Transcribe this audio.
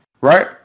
right